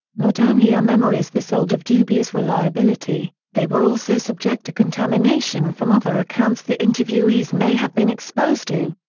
not only are memories this old of dubious reliability, they were also subject to contamination from other accounts the interviewees may have been exposed to.